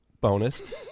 bonus